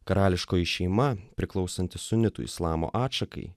karališkoji šeima priklausantys sunitų islamo atšakai